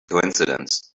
coincidence